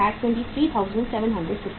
723750 रु